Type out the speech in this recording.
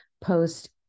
post